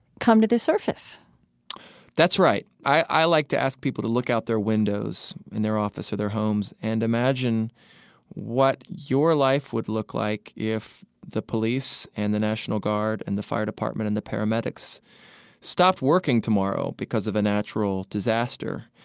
come to the surface that's right. i like to ask people to look out their windows in their office or their homes and imagine what your life would look like if the police and the national guard and the fire department and the paramedics stopped working tomorrow, because of a natural disaster.